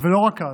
ולא רק אז,